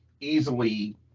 easily